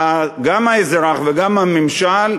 גם האזרח וגם הממשל,